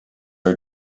are